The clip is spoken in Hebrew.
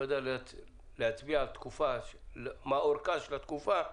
לא יודע להצביע מה אורכה של התקופה,